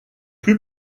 plus